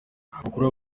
amakuru